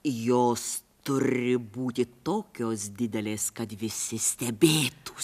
jos turi būti tokios didelės kad visi stebėtųsi